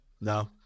no